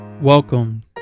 Welcome